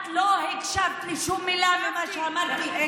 את לא הקשבת לשום מילה ממה שאמרתי.